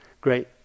great